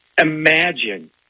imagine